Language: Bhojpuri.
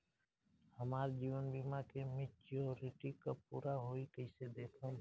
हमार जीवन बीमा के मेचीयोरिटी कब पूरा होई कईसे देखम्?